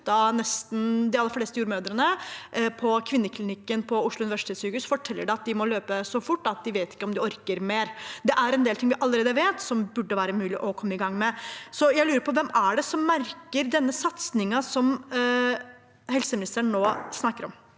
sluttet de aller fleste jordmødrene. På kvinneklinikken ved Oslo universitetssykehus forteller de at de må løpe så fort at de ikke vet om de orker mer. Det er en del ting vi allerede vet som burde være mulig å komme i gang med. Jeg lurer på hvem det er som merker den satsingen som helseministeren nå snakker om.